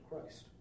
Christ